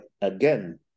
again